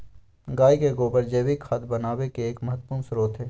गाय के गोबर जैविक खाद बनावे के एक महत्वपूर्ण स्रोत हई